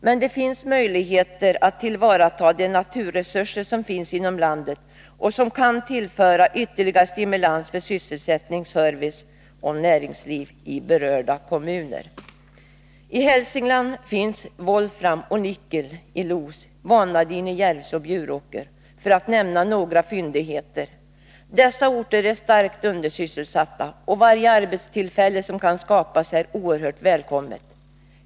Men det finns möjligheter att tillvarata de naturresurser som finns inom landet och som kan tillföra ytterligare stimulans för sysselsättning, service och näringsliv i berörda områden. I Los, Hälsingland finns volfram och nickel och vanadin i Järvsö och Bjuråker, för att nämna några fyndigheter. Dessa orter är starkt undersysselsatta, och varje arbetstillfälle som kan skapas är oerhört välkommet.